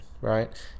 right